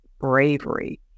bravery